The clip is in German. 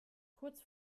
kurz